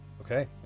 Okay